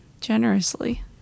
generously